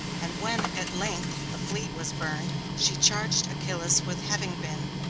and when, at length, the fleet was burned, she charged achillas with having been,